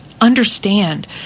understand